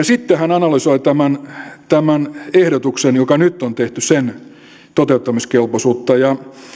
sitten hän analysoi tämän tämän ehdotuksen joka nyt on tehty toteuttamiskelpoisuutta ja